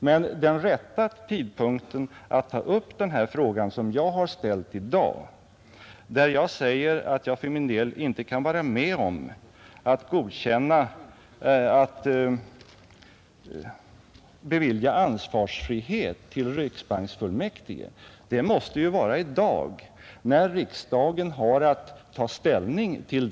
Men rätta tidpunkten att ta upp den fråga som jag har berört nu — dvs. mitt uttalande att jag för min del inte kan vara med om att bevilja ansvarsfrihet för riksbanksfullmäktige — måste vara i dag, när riksdagen har att ta ställning därtill.